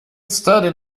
studied